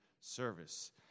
service